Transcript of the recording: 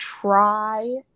try